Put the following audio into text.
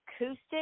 acoustic